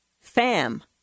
fam